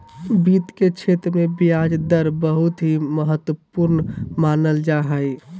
वित्त के क्षेत्र मे ब्याज दर बहुत ही महत्वपूर्ण मानल जा हय